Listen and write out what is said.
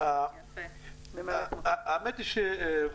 אני מונא אבו אלעסל אריסטובולוס,